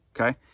okay